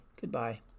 Goodbye